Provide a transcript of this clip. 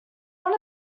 one